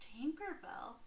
Tinkerbell